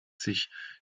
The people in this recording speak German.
sich